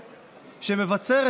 בבקשה.